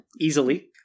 Easily